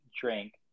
drink